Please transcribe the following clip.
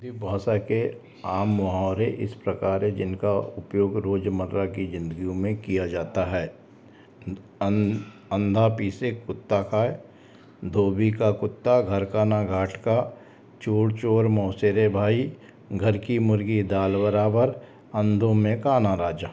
हिंदी भाषा के आम मुहावरे इस प्रकार हैं जिनका उपयोग रोजमर्रा की जिंदगियों में किया जाता है अंधा पीसे कुत्ता खाय धोबी का कुत्ता घर का न घाट का चोर चोर मौसेरे भाई घर की मुर्गी दाल बराबर अंधों में काना राजा